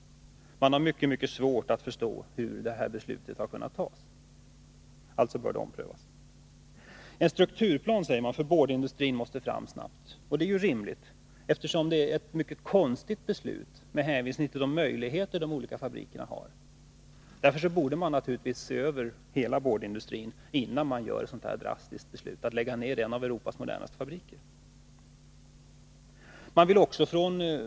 I kommunen har man mycket svårt att förstå hur detta beslut har kunnat fattas. Det bör alltså omprövas. En strukturplan för boardindustrin måste fram snabbt, sade kommunalpolitikerna också. Det är ett rimligt krav. Med hänvisning till de möjligheter som de olika fabrikerna har är det nämligen ett mycket konstigt beslut. 163 Därför borde hela boardindustrin ses över, innan man vidtar en så drastisk åtgärd som att lägga ned en av Europas modernaste fabriker.